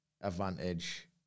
advantage